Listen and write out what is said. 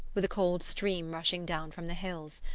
with a cold stream rushing down from the hills.